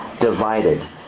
divided